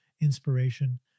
inspiration